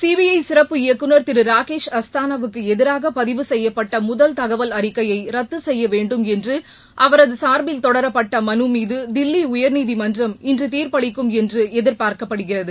CBI சிறப்பு இயக்குநர் திரு ராகேஷ் அஸ்தானாவுக்கு எதிராக பதிவு செய்யப்பட்ட முதல் தகவல் அறிக்கையை ரத்து செய்ய வேண்டும் என்று அவரது சார்பில் தொடரப்பட்ட மனு மீது தில்லி உயர்நீதிமன்றம் இன்று தீர்ப்பளிக்கும் என்று எதிர்பார்க்கப்படுகிறது